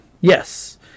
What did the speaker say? Yes